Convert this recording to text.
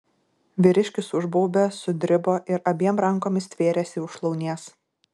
vyriškis užbaubė sudribo ir abiem rankomis stvėrėsi už šlaunies